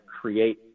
create